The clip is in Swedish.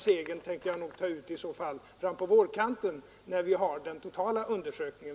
Segern tänker jag i så fall ta ut fram på vårkanten, när vi har fått fram resultatet av den totala undersökningen.